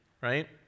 right